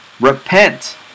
repent